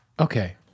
Okay